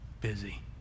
busy